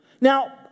Now